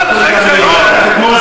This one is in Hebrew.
חבר הכנסת מוזס,